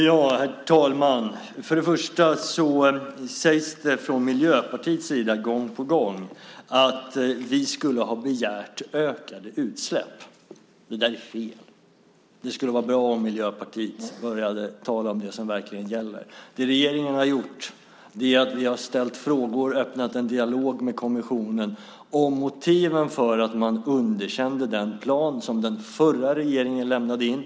Herr talman! Först och främst säger man från Miljöpartiet gång på gång att vi skulle ha begärt ökade utsläpp. Det där är fel. Det skulle vara bra om Miljöpartiet började tala om det som verkligen gäller. Det regeringen har gjort är att vi har ställt frågor och öppnat en dialog med kommissionen om motiven för att man underkände den plan som den förra regeringen lämnade in.